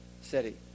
city